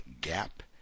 gap